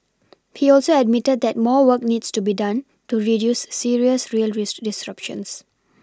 he also admitted that more work needs to be done to reduce serious rail disruptions